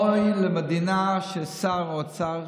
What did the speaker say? אוי למדינה ששר האוצר